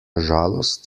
žalost